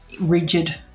rigid